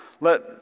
Let